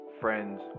friends